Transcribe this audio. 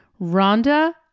Rhonda